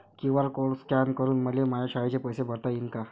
QR code scan करून मले माया शाळेचे पैसे भरता येईन का?